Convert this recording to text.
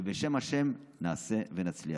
ובשם השם נעשה ונצליח.